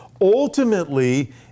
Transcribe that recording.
Ultimately